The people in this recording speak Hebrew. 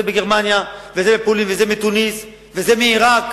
בגרמניה וזה בפולין וזה מתוניס וזה מעירק,